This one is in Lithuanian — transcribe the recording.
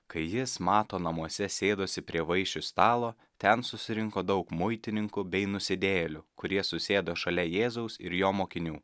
kai jis mato namuose sėdosi prie vaišių stalo ten susirinko daug muitininkų bei nusidėjėlių kurie susėdo šalia jėzaus ir jo mokinių